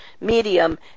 medium